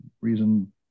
reason